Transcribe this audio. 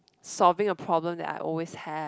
solving a problem that I always have